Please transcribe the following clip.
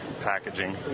packaging